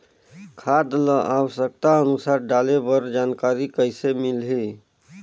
खाद ल आवश्यकता अनुसार डाले बर जानकारी कइसे मिलही?